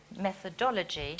methodology